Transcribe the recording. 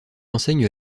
enseigne